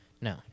no